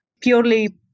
purely